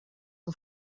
que